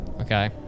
Okay